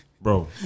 bro